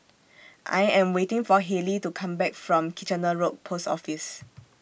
I Am waiting For Halley to Come Back from Kitchener Road Post Office